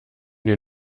den